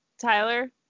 tyler